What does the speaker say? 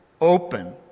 open